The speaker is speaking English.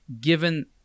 given